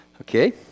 Okay